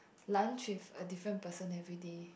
lunch with a different person everyday